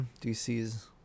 DC's